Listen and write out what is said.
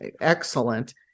excellent